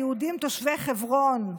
היהודים תושבי חברון,